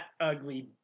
ugly